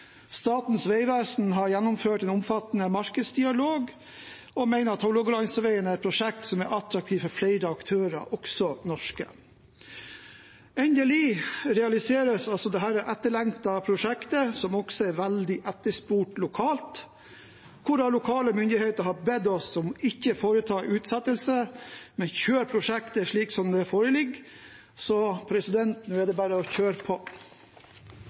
Statens vegvesen har gjennomført en omfattende markedsdialog og mener at Hålogalandsveien er et prosjekt som er attraktivt for flere aktører, også norske. Endelig realiseres altså dette etterlengtede prosjektet, som også er veldig etterspurt lokalt, hvor lokale myndigheter har bedt oss om ikke å foreta utsettelse, men kjøre prosjektet slik det foreligger. Så nå er det bare å kjøre på.